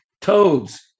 toads